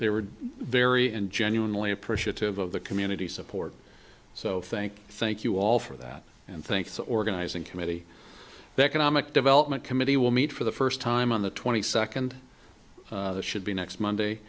they were very and genuinely appreciative of the community support so think thank you all for that and think the organizing committee the economic development committee will meet for the first time on the twenty second should be next monday